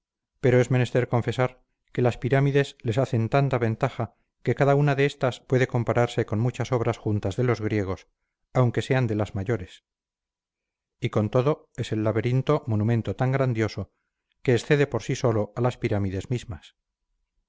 pero es menester confesar que las pirámides les hacen tanta ventaja que cada una de estas puede compararse con muchas obras juntas de los griegos aunque sean de las mayores y con todo es el laberinto monumento tan grandioso que excede por sí sólo a las pirámides mismas